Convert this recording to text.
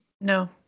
no